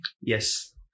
Yes